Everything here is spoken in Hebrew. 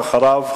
ואחריו,